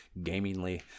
gamingly